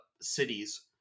cities